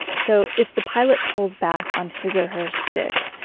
so if the pilot pulls back on his or her stick,